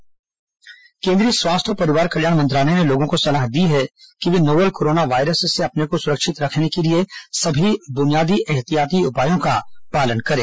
corona स्वास्थ्य मंत्रालय केंद्रीय स्वास्थ्य और परिवार कल्याण मंत्रालय ने लोगों को सलाह दी है कि वे नोवल कोरोना वायरस से अपने को सुरक्षित रखने के लिए सभी बुनियादी एहतियाती उपायों का पालन करें